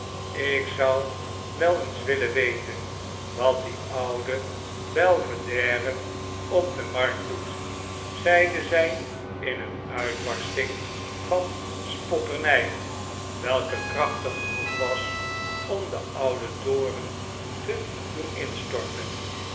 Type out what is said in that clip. ik zou wel eens willen weten wat die ouwe belvedere op de markt moet zeide zij in een uitbarsting van spotternij welke krachtig genoeg was om den ouden toren te doen instorten